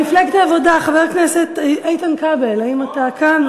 מפלגת העבודה, חבר הכנסת איתן כבל, האם אתה כאן?